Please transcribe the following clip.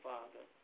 Father